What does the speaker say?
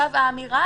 האמירה,